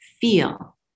feel